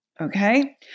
okay